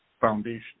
Foundation